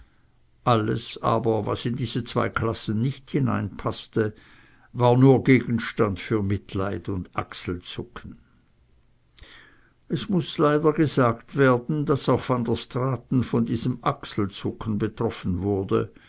alles aber was in diese zwei klassen nicht hineinpaßte war nur gegenstand für mitleid und achselzucken es muß leider gesagt werden daß auch van der straaten von diesem achselzucken betroffen wurde